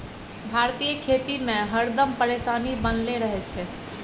भारतीय खेती में हरदम परेशानी बनले रहे छै